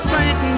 Saint